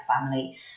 family